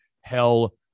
hell